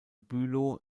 bülow